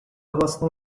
власну